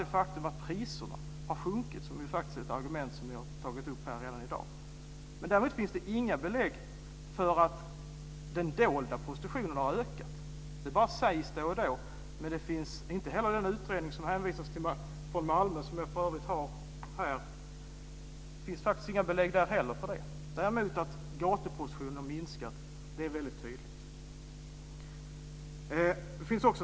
Det faktum att priserna har sjunkit är ett argument som redan har tagits upp i dag. Däremot finns det inga belägg för att den dolda prostitutionen har ökat. Det sägs då och då. Inte heller i utredningen från Malmö - som jag har här - finns några belägg. Däremot finns det tydliga belägg för att gatuprostitutionen har minskat.